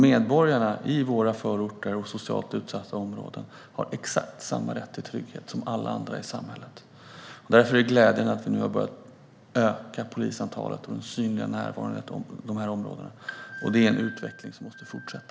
Medborgarna i våra förorter och socialt utsatta områden har exakt samma rätt till trygghet som alla andra i samhället. Därför är det glädjande att vi nu har börjat öka polisantalet och den synliga polisnärvaron i de här områdena. Det är en utveckling som måste fortsätta.